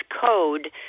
Code